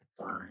fine